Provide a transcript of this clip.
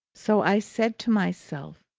so i said to myself,